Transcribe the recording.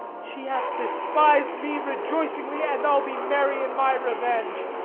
she hath despis'd me rejoicingly, and i'll be merry in my revenge.